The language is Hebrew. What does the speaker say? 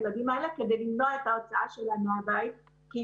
לילדים האלה בתוך הקהילה כדי למנוע הוצאתם מהבית,